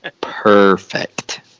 Perfect